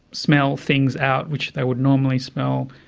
smell things out, which they would normally smell,